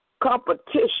Competition